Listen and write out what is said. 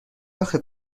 آخه